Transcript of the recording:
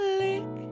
lick